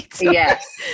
Yes